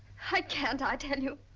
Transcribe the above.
i can't i tell you.